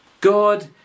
God